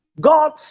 God